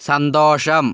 സന്തോഷം